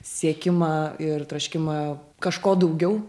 siekimą ir troškimą kažko daugiau